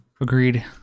Agreed